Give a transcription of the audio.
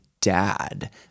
dad